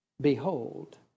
Behold